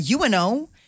UNO